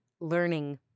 Learning